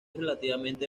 relativamente